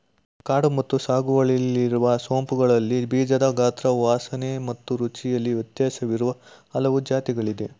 ಕಾಡು ಮತ್ತು ಸಾಗುವಳಿಯಲ್ಲಿರುವ ಸೋಂಪುಗಳಲ್ಲಿ ಬೀಜದ ಗಾತ್ರ ವಾಸನೆ ಮತ್ತು ರುಚಿಯಲ್ಲಿ ವ್ಯತ್ಯಾಸವಿರುವ ಹಲವು ಜಾತಿಗಳಿದೆ